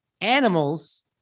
animals